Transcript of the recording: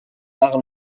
par